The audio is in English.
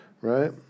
right